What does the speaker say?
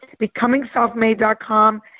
becomingselfmade.com